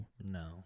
No